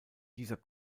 dieser